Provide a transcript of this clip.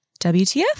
WTF